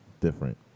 different